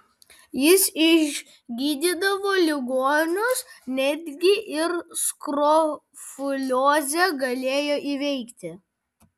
jis išgydydavo ligonius netgi ir skrofuliozę galėjo įveikti